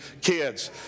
kids